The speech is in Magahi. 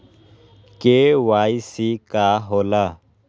के.वाई.सी का होला?